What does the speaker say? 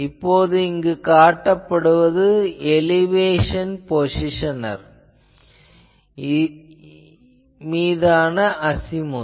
இப்போது இங்கு காட்டப்படுவது எலிவேஷன் பொசிசனர் மீதான அசிமுத்